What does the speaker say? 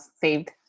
saved